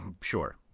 sure